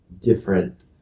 different